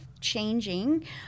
changing